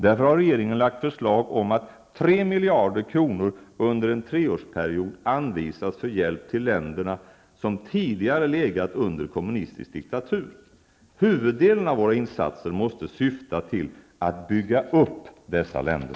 Därför har regeringen lagt fram förslag om att 3 miljarder kronor under en treårsperiod anvisas för hjälp till länderna som tidigare legat under kommunistisk diktatur. Huvuddelen av våra insatser måste syfta till att bygga upp dessa länder.